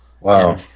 Wow